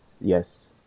yes